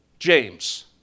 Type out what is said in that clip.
James